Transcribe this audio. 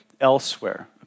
elsewhere